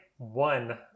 one